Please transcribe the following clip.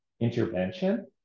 intervention